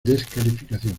descalificación